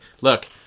look